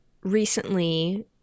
recently